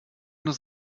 das